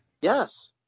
Yes